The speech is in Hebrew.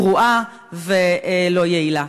גרועה ולא יעילה.